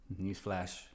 Newsflash